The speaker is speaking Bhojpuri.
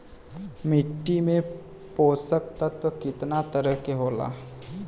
मिट्टी में पोषक तत्व कितना तरह के होला?